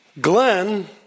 Glenn